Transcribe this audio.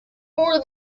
for